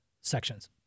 sections